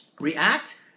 react